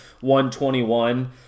121